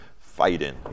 fighting